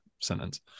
sentence